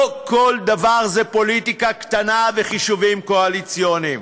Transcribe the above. לא כל דבר זה פוליטיקה קטנה וחישובים קואליציוניים.